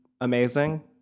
amazing